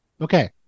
Okay